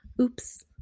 oops